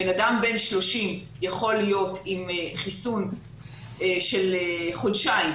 בן אדם בן 30 יכול להיות עם חיסון של חודשיים,